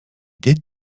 did